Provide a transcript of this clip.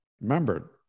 Remember